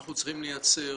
אנחנו צריכים לייצר